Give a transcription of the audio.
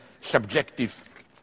subjective